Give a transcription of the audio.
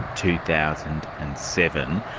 two thousand and seven.